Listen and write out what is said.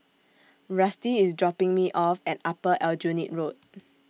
Rusty IS dropping Me off At Upper Aljunied Road